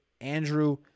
Andrew